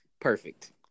Perfect